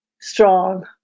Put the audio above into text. strong